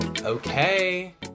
okay